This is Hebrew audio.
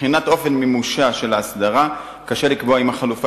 מבחינת אופן מימושה של ההסדרה קשה לקבוע אם החלופה